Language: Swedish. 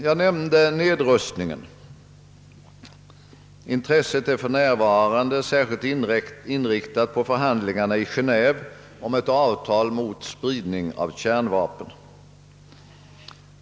Jag nämnde nedrustningen. Intresset är för närvarande särskilt inriktat på förhandlingarna i Geneve om ett avtal mot spridning av kärnvapen.